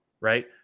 right